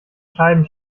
scheiben